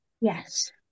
Yes